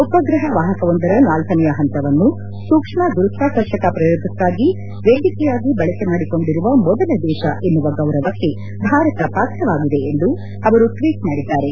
ಉಪಗ್ರಹ ವಾಹಕವೊಂದರ ನಾಲ್ಕನೆಯ ಹಂತವನ್ನು ಸೂಕ್ಷ್ಮ ಗುರುತ್ಸಾಕರ್ಷಕ ಪ್ರಯೋಗಕ್ಕಾಗಿ ವೇದಿಕೆಯಾಗಿ ಬಳಕೆ ಮಾಡಿಕೊಂಡಿರುವ ಮೊದಲ ದೇಶ ಎನ್ನುವ ಗೌರವಕ್ಕೆ ಭಾರತ ಪಾತ್ರವಾಗಿದೆ ಎಂದು ಅವರು ಟ್ವೀಟ್ ಮಾಡಿದ್ದಾರೆ